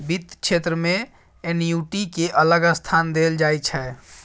बित्त क्षेत्र मे एन्युटि केँ अलग स्थान देल जाइ छै